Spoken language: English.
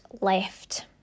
left